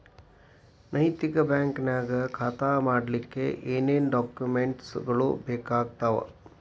ನೈತಿಕ ಬ್ಯಾಂಕ ನ್ಯಾಗ್ ಖಾತಾ ಮಾಡ್ಲಿಕ್ಕೆ ಏನೇನ್ ಡಾಕುಮೆನ್ಟ್ ಗಳು ಬೇಕಾಗ್ತಾವ?